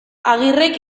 agirrek